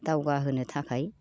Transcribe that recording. दावगा होनो थाखाय